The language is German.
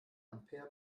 ampere